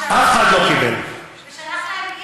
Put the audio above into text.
ושלח להם,